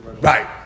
Right